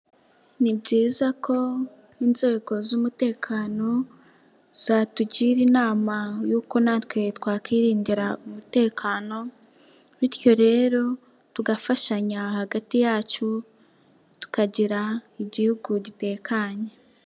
Ni byiza ko inzego z'umutekano zatugira inama y'uko natwe twakwirindira umutekano bityo rero tugafashanya hagati yacu tukagira igihugu gitekanye.